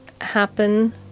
happen